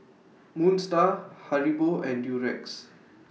Moon STAR Haribo and Durex